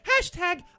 Hashtag